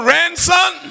Ransom